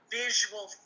visual